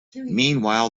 meanwhile